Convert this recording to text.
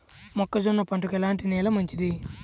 మొక్క జొన్న పంటకు ఎలాంటి నేల మంచిది?